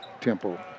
Temple